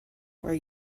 were